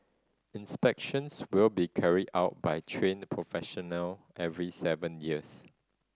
inspections will be carried out by trained professional every seven years